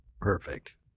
Perfect